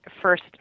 first